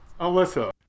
Alyssa